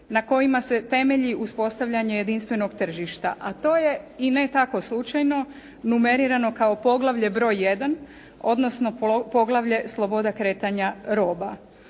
na kojima se temelji uspostavljanje jedinstvenog tržišta a to je i ne tako slučajno numerirano kao poglavlje broj 1 odnosno poglavlje sloboda kretanja roba.